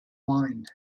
mind